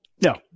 No